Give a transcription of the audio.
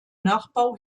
nachbau